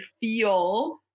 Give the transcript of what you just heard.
feel